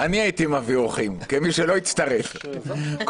"אם שוכנעה כי בשל חשש ממשי להתפשטות רחבת היקף